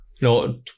no